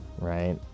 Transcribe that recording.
right